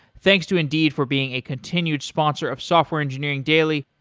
thanks to indeed for being a continued sponsor of software engineering daily.